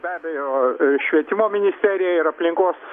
be abejo švietimo ministerija ir aplinkos